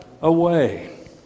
away